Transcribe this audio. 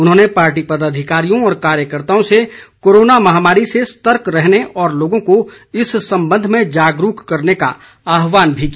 उन्होंने पार्टी पदाधिकारियों व कार्यकर्ताओं से कोरोना महामारी से सतर्क रहने और लोगों को इस संबंध में जागरूक करने का आहवान भी किया